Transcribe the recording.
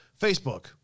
Facebook